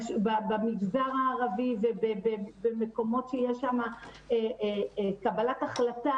במגזר הערבי ובמקומות שיש שם קבלת החלטה